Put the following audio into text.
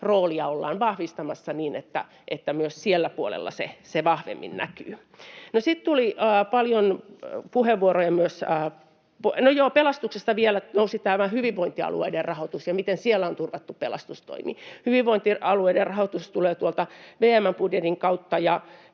roolia ollaan vahvistamassa niin, että myös siellä puolella se vahvemmin näkyy. Pelastuksesta vielä nousi tämä hyvinvointialueiden rahoitus ja se, miten siellä on turvattu pelastustoimi. Hyvinvointialueiden rahoitus tulee VM:n budjetin kautta,